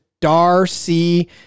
Darcy